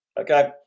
Okay